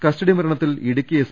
custody മരണത്തിൽ Idukki S